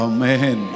Amen